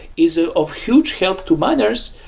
is ah of huge help to miners,